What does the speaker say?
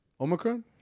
Omicron